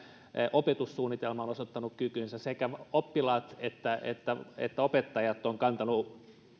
opetussuunnitelma on osoittanut kykynsä sekä oppilaat että että opettajat ovat kantaneet